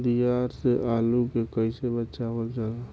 दियार से आलू के कइसे बचावल जाला?